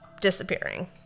disappearing